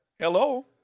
Hello